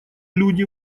люди